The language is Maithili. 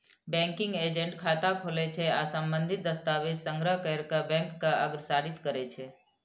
बैंकिंग एजेंट खाता खोलै छै आ संबंधित दस्तावेज संग्रह कैर कें बैंक के अग्रसारित करै छै